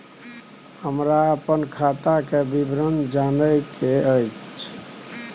हमरा अपन खाता के विवरण जानय के अएछ?